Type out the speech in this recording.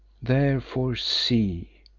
therefore see!